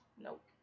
nope